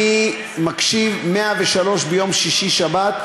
אני לא מקשיב לבן כספית.